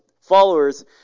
followers